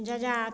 जजात